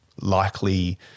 likely